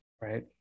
Right